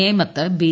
നേമത്ത് ബി